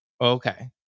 Okay